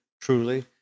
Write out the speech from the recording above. truly